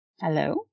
Hello